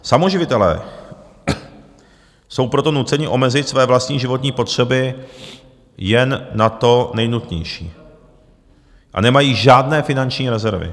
Samoživitelé jsou proto nuceni omezit své vlastní životní potřeby jen na to nejnutnější a nemají žádné finanční rezervy.